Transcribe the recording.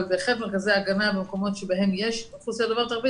אבל בהחלט מרכזי הגנה במקומות שבהם יש אוכלוסייה דוברת ערבית